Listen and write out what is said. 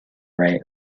right